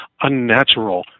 unnatural